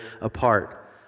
apart